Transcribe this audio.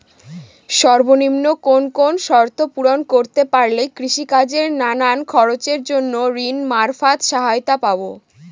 সর্বনিম্ন কোন কোন শর্ত পূরণ করতে পারলে কৃষিকাজের নানান খরচের জন্য ঋণ মারফত সহায়তা পাব?